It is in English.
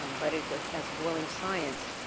um but it as a dwelling science,